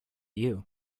you